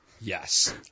Yes